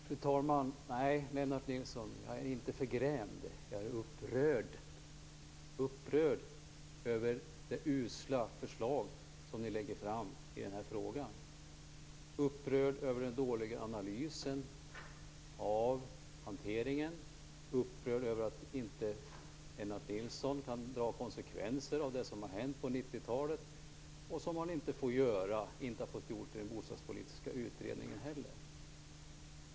Fru talman! Nej, Lennart Nilsson, jag är inte förgrämd. Jag är upprörd - upprörd över det usla förslag som ni lägger fram i denna fråga. Jag är upprörd över den dåliga analysen av hanteringen och upprörd över att Lennart Nilsson inte kan dra konsekvenser av det som har hänt på 90-talet. Det har man inte fått göra i den bostadspolitiska utredningen heller.